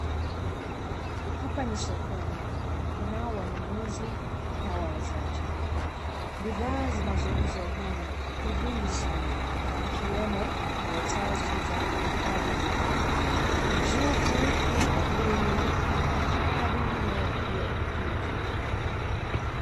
Hapa ni sokoni kunao wanunuzi na wauuzaji bidhaa zinazouzwa humu ni vingi sana ikiwemo karatasi za kuhifadhi bidhaa njugu, mabuyu na vingine vingi.